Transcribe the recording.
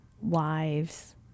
wives